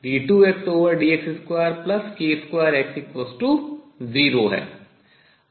तो अप्रगामी तरंगें d2Xdx2k2X0 है